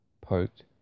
poked